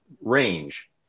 range